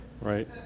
right